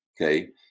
okay